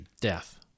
death